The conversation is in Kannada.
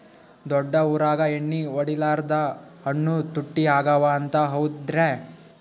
ದೊಡ್ಡ ಊರಾಗ ಎಣ್ಣಿ ಹೊಡಿಲಾರ್ದ ಹಣ್ಣು ತುಟ್ಟಿ ಅಗವ ಅಂತ, ಹೌದ್ರ್ಯಾ?